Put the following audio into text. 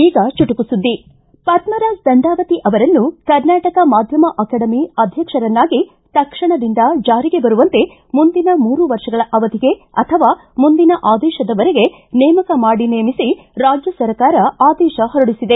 ಈಗ ಚುಟುಕು ಸುದ್ಗಿ ಪದ್ದರಾಜ ದಂಡಾವತಿ ಅವರನ್ನು ಕರ್ನಾಟಕ ಮಾಧ್ವಮ ಅಕಾಡೆಮಿ ಅಧ್ವಕ್ಷರನ್ನಾಗಿ ತಕ್ಷಣದಿಂದ ಜಾರಿಗೆ ಬರುವಂತೆ ಮುಂದಿನ ಮೂರು ವರ್ಷಗಳ ಅವಧಿಗೆ ಅಥವಾ ಮುಂದಿನ ಆದೇಶದವರೆಗೆ ನೇಮಕ ಮಾಡಿ ನೇಮಿಸಿ ರಾಜ್ಯ ಸರ್ಕಾರ ಆದೇಶ ಹೊರಡಿಸಿದೆ